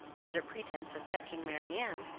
under pretence of fetching marianne,